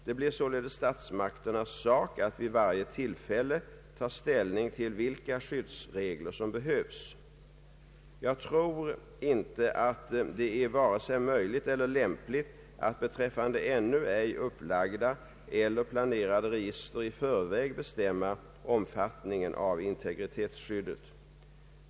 Det blir således statsmakternas sak att vid varje tillfälle ta ställning till vilka skyddsregler som behövs. Jag tror inte att det är vare sig möjligt eller lämpligt att beträffande ännu ej upplagda eller planerade register i förväg bestämma omfattningen av integritetsskyddet.